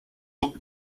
donc